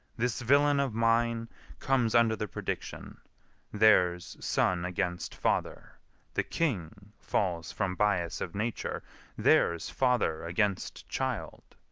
this villain of mine comes under the prediction there's son against father the king falls from bias of nature there's father against child.